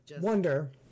wonder